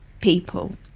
people